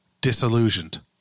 disillusioned